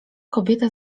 kobieta